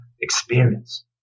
experience